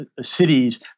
cities